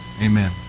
Amen